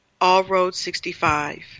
allroad65